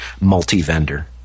multi-vendor